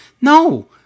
no